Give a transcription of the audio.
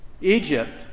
Egypt